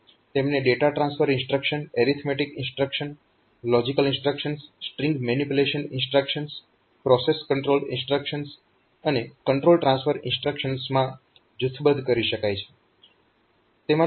તેમને data transfer instruction arithmetic instruction logical instructions string manipulation instructions process control instructions અને control transfer instructions માં જૂથબદ્ધ કરી શકાય છે